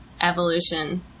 evolution